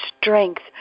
strength